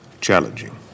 Challenging